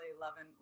loving